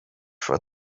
for